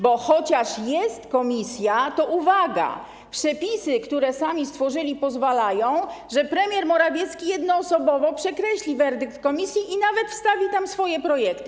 Bo chociaż jest Komisja, to - uwaga - przepisy, które sami stworzyli, pozwalają, żeby premier Morawiecki jednoosobowo przekreślił werdykt Komisji i nawet wstawił tam swoje projekty.